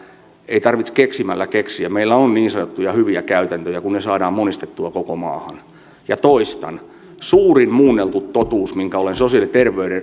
ei tarvitse keksimällä keksiä meillä on niin sanottuja hyviä käytäntöjä kun ne saadaan monistettua koko maahan ja toistan suurin muunneltu totuus minkä olen sosiaali ja